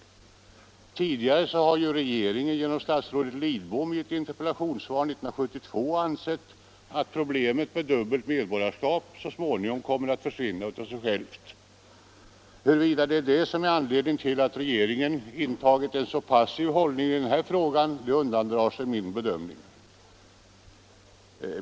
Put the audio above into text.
Tidigare har regeringen genom statsrådet Lidbom i ett interpellationssvar 1972 angett att problemet med dubbelt medborgarskap så småningom kommer att försvinna av sig självt. Huruvida detta är anledningen till att regeringen intagit en så passiv hållning i denna fråga undandrar sig min bedömning.